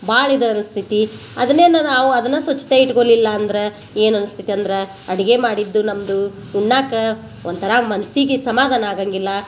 ಭಾಳ ಇದು ಅನಿಸ್ತೈತಿ ಅದನ್ನೇನು ನಾವು ಅದನ್ನ ಸ್ವಚ್ಛತೆ ಇಟ್ಕೊಲಿಲ್ಲಾಂದ್ರೆ ಏನು ಅನಿಸ್ತೈತಿ ಅಂದ್ರೆ ಅಡಿಗೆ ಮಾಡಿದ್ದು ನಮ್ಮದು ಉಣ್ಣಕ್ಕೆ ಒಂಥರ ಮನಸ್ಸಿಗೆ ಸಮಾಧಾನ ಆಗಂಗಿಲ್ಲ